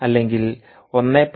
അല്ലെങ്കിൽ 1